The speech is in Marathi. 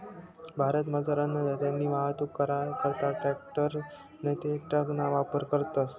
भारतमझार अन्नधान्यनी वाहतूक करा करता ट्रॅकटर नैते ट्रकना वापर करतस